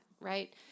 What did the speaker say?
right